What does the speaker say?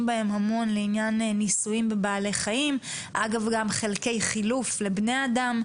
בהם המון לניסויים בבעלי חיים וגם כחלקי חילוף לבני אדם,